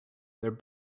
their